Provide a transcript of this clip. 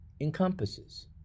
encompasses